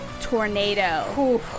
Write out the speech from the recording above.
Tornado